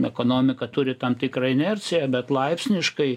ekonomika turi tam tikrą inerciją bet laipsniškai